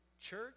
church